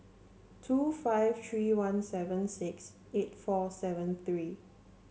two five three one seven six eight four seven three